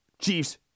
Chiefs